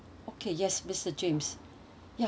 okay yes mister james ya